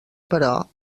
però